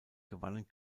gewannen